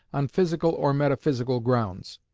on physical or metaphysical grounds.